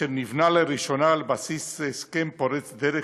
אשר נבנה לראשונה על בסיס הסכם פורץ דרך